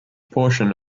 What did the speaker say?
portion